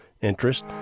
interest